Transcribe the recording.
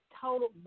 total